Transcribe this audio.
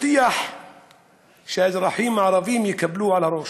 הבטיח שהאזרחים הערבים יקבלו על הראש,